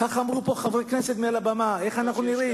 כך אמרו פה חברי כנסת מעל הבמה, איך אנחנו נראים.